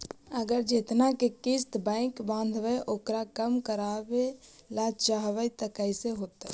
अगर जेतना के किस्त बैक बाँधबे ओकर कम करावे ल चाहबै तब कैसे होतै?